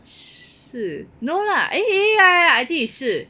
士 no lah eh eh ya ya I think is 士